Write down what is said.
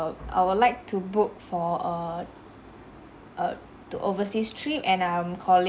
err I would like to book for err err to overseas trip and I'm calli~